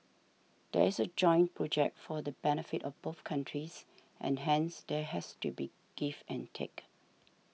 this is a joint project for the benefit of both countries and hence there has to be give and take